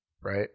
Right